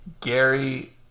Gary